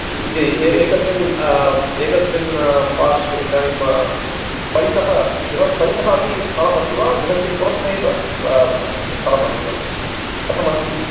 एकस्मिन् एकस्मिन् पार्श्वे इदानीं परितः गृहं परितः अपि स्थलमस्ति वा गृहस्य पुरतः एव स्थलमस्ति वा कथमस्ति